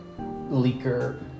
leaker